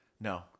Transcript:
No